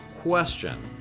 question